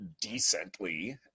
decently